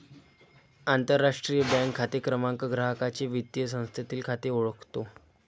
आंतरराष्ट्रीय बँक खाते क्रमांक ग्राहकाचे वित्तीय संस्थेतील खाते ओळखतो